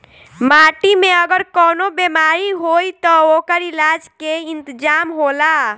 माटी में अगर कवनो बेमारी होई त ओकर इलाज के इंतजाम होला